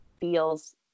feels